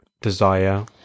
desire